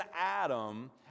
Adam